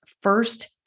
first